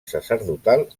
sacerdotal